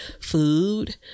food